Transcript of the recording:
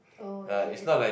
oh is it